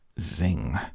zing